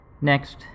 Next